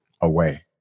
away